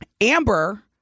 Amber